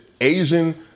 Asian